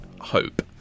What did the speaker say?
hope